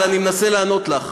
אבל אני מנסה לענות לך.